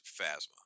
Phasma